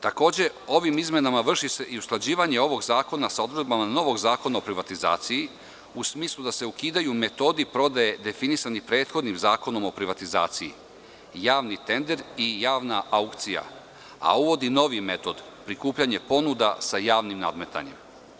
Takođe, ovim izmenama vrši se i usklađivanje ovog zakona sa odredbama novog Zakona o privatizaciji, u smislu da se ukidaju metodi prodaje definisani prethodnim Zakonom o privatizaciji - javni tender i javna aukcija, a uvodi novi metod - prikupljanje ponuda sa javnim nadmetanjem.